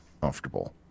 comfortable